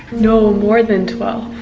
no, more than twelve.